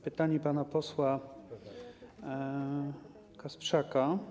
Pytanie pana posła Kasprzaka.